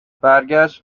برگشت